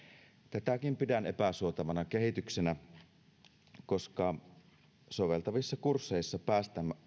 tätäkin pidän epäsuotavana kehityksenä koska soveltavissa kursseissa päästään